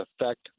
affect